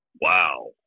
Wow